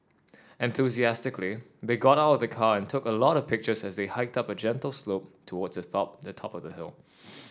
enthusiastically they got out of the car and took a lot of pictures as they hiked up a gentle slope towards the top the top of the hill